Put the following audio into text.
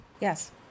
Yes